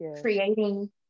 Creating